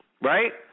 right